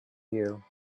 you